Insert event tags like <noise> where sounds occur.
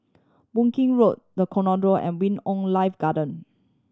Boon King Road The <unintelligible> and Wing On Life Garden